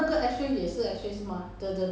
他有关门 [what]